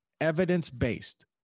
Evidence-based